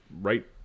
right